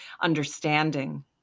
understanding